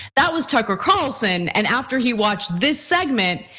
that was tucker carlson. and after he watched this segment,